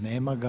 Nema ga.